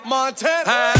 Montana